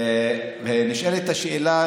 נשאלת השאלה,